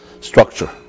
structure